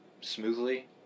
smoothly